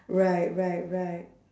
right right right